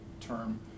term